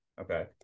Okay